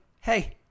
Hey